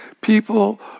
people